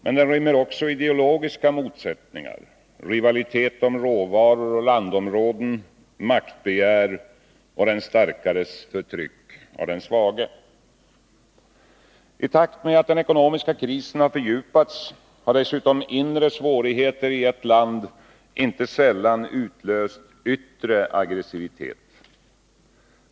Men den rymmer också ideologiska motsättningar, rivalitet om råvaror och landområden, maktbegär och den starkes förtryck av den svage. I takt med att den ekonomiska krisen har fördjupats har dessutom inre svårigheter i ett land inte sällan utlöst yttre aggressivitet.